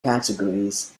categories